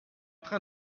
train